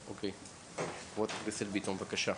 אוקי, חברת הכנסת ביטון, בבקשה.